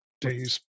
Days